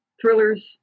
thrillers